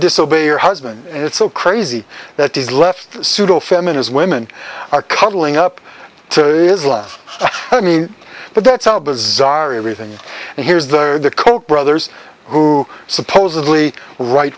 disobey your husband and it's so crazy that is left pseudo feminist women are cuddling up to islam i mean but that's how bizarre everything and here's the the koch brothers who supposedly right